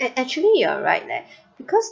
act~ actually you're right there because